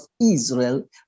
Israel